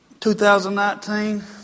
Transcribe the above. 2019